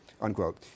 Unquote